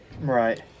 Right